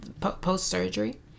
post-surgery